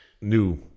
new